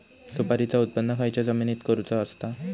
सुपारीचा उत्त्पन खयच्या जमिनीत करूचा असता?